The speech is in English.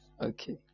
Okay